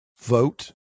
vote